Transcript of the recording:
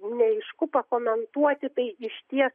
neaišku pakomentuoti tai išties